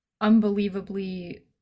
unbelievably